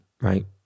right